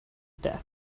death